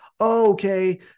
okay